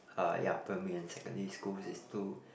uh ya primary and secondary school is to